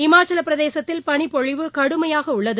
இமாச்சலபிரதேசத்தில் பனிபொழிவு கடுமையாகஉள்ளது